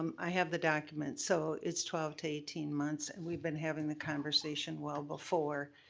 i have the documents, so, it's twelve to eighteen months, and we've been having the conversation well before,